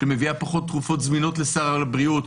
שמביאה פחות תרופות זמינות לסל הבריאות,